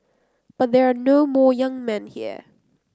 but there are no more young men here